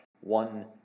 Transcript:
one